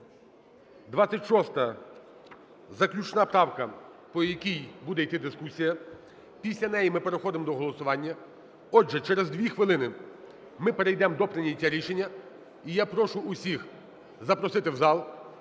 26-а – заключна правка, по якій буде йти дискусія. Після неї ми переходимо до голосування. Отже, через 2 хвилини ми перейдемо до прийняття рішення. І я прошу всіх запросити у зал